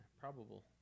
probable